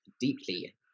deeply